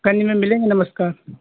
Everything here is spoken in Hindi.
गंज में मिलेंगे नमस्कार